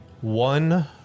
One